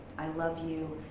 i love you,